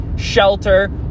shelter